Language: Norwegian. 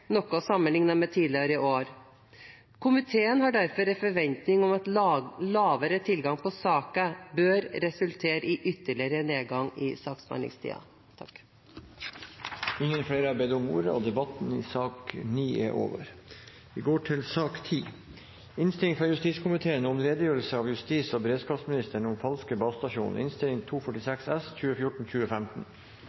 med tidligere år. Komiteen har derfor en forventning om at lavere tilgang på saker bør resultere i ytterligere nedgang i saksbehandlingstid. Flere har ikke bedt om ordet til sak nr. 9. Etter ønske fra justiskomiteen vil presidenten foreslå at taletiden blir begrenset til 5 minutter til hver partigruppe og 5 minutter til medlem av